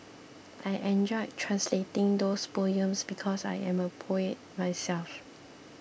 I enjoyed translating those poems because I am a poet myself